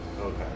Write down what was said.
Okay